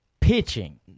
pitching